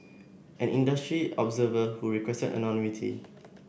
an industry observer who requested anonymity